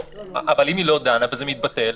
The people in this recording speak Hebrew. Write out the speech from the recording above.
ואם היא לא דנה וזה מתבטל,